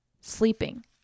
Sleeping